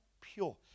pure